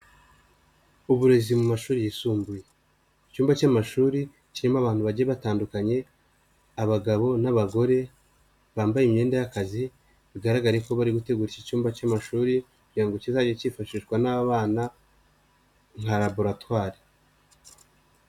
Uburezi mu mashuri yisumbuye, icyumba cy'amashuri kirimo abantu bagiye batandukanye abagabo n'abagore bambaye imyenda y'akazi bigaragara ko bari gutegura iki icyumba cy'amashuri kugira ngo kizajye cyifashishwa n'abana nka laboratwari.